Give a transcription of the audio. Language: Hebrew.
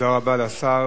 תודה רבה לשר.